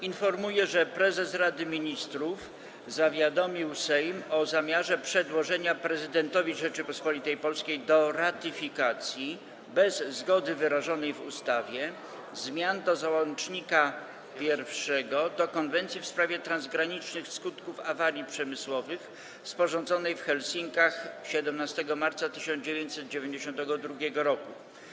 Informuję, że prezes Rady Ministrów zawiadomił Sejm o zamiarze przedłożenia prezydentowi Rzeczypospolitej Polskiej do ratyfikacji, bez zgody wyrażonej w ustawie, zmian do Załącznika I do Konwencji w sprawie transgranicznych skutków awarii przemysłowych, sporządzonej w Helsinkach 17 marca 1992 r.